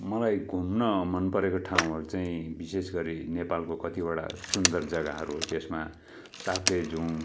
मलाई घुम्न मन परेको ठाउँहरू चाहिँ विशेष गरी नेपालको कतिवटा सुन्दर जग्गाहरू त्यसमा तापलेजुङ